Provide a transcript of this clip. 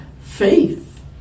faith